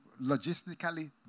logistically